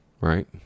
right